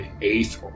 eighth